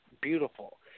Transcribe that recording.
beautiful